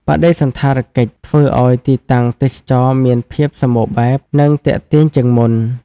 បដិសណ្ឋារកិច្ចធ្វើឲ្យទីតាំងទេសចរណ៍មានភាពសម្បូរបែប និងទាក់ទាញជាងមុន។